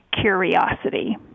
curiosity